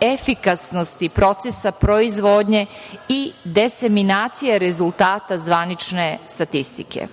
efikasnosti procesa proizvodnje i diseminacije rezultata zvanične statistike.